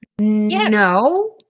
No